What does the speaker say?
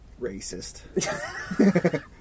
Racist